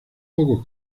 pocos